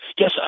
Yes